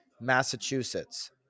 Massachusetts